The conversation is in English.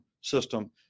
system